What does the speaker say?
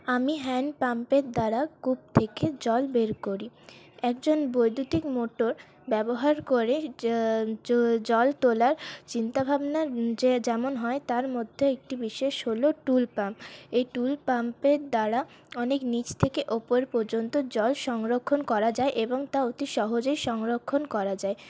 আমি হ্যান্ড পাম্পের দ্বারা কূপ থেকে জল বের করি একজন বৈদ্যুতিক মোটর ব্যবহার করে জল তোলার চিন্তা ভাবনা যে যেমন হয় তার মধ্যে একটি বিশেষ হল টুল পাম্প এই টুল পাম্পের দ্বারা অনেক নিচ থেকে ওপর পর্যন্ত জল সংরক্ষণ করা যায় এবং তা অতি সহজেই সংরক্ষণ করা যায়